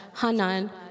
Hanan